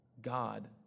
God